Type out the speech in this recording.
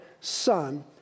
Son